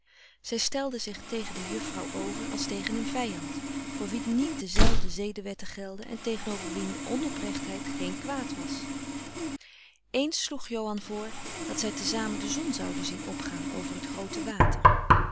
zij stelde zich tegen de juffrouw over als tegen een vijand voor wien niet dezelfde zedewetten gelden en tegenover wien onoprechtheid geen kwaad was eens sloeg johan vr dat zij te samen de zon zouden zien opgaan over het groote water